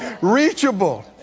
reachable